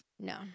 No